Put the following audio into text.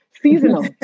Seasonal